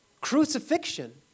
crucifixion